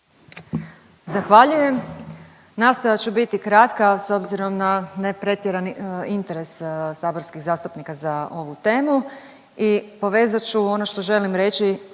Zahvaljujem. Nastojat ću biti kratka s obzirom na ne pretjerani interes saborskih zastupnika za ovu temu i povezat ću ono što želim reći